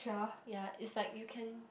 ya it's like you can